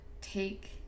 take